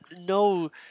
No